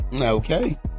Okay